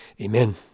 Amen